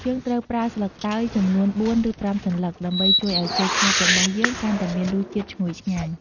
យើងត្រូវប្រើស្លឹកតើយចំនួន ៤ ឬ ៥សន្លឹក ដើម្បីជួយឱ្យចេកឆាបរបស់យើងកាន់តែមានរសជាតិឈ្ងុយឆ្ងាញ់។